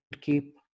keep